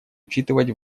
учитывать